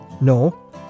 no